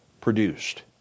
produced